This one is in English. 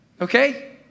Okay